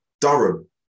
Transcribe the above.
Durham